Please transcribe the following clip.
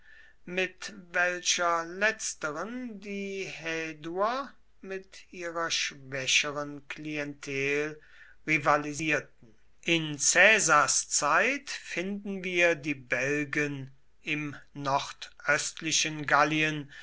mit welcher letzteren die häduer mit ihrer schwächeren klientel rivalisierten in caesars zeit finden wir die belgen im nordöstlichen gallien